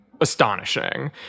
astonishing